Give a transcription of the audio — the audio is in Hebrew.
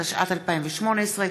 התשע"ט 2018,